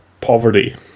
poverty